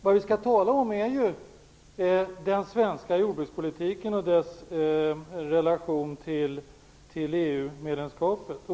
Vad vi skall tala om är den svenska jordbrukspolitiken och dess relation till EU-medlemskapet.